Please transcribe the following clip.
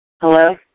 Hello